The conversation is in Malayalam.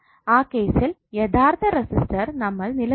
ആ കേസിൽ യഥാർത്ഥ റെസിസ്റ്റർ നമ്മൾ നിലനിർത്തണം